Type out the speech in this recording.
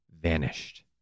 vanished